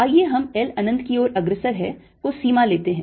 आइए हम L अनंत की ओर अग्रसर है को सीमा लेते हैं